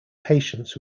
patients